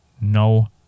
no